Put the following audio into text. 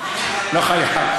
אתה לא חייב.